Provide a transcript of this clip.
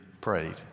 prayed